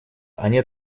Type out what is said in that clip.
они